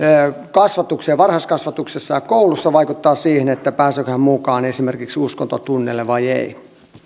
kasvatukseen varhaiskasvatuksessa ja koulussa se vaikuttaa siihen pääseekö hän mukaan esimerkiksi uskontotunneille vai ei